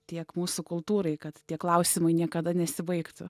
tiek mūsų kultūrai kad tie klausimai niekada nesibaigtų